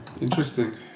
Interesting